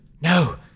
No